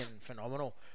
phenomenal